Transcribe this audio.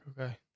okay